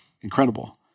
incredible